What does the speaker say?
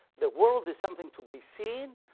the world is something to be seen,